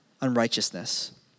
unrighteousness